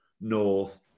North